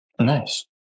Nice